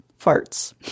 farts